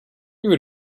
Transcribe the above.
would